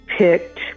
picked